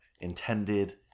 intended